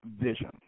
vision